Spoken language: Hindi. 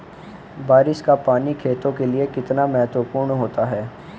बारिश का पानी खेतों के लिये कितना महत्वपूर्ण होता है?